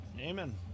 amen